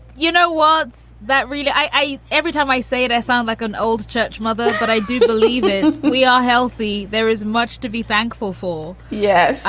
you know, what's that really? i. every time i say it, i sound like an old church mother. but i do believe and we are healthy. there is much to be thankful for. yeah.